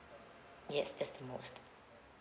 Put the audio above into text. yes that's the most